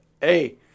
Hey